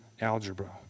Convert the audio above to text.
algebra